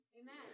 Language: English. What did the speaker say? Amen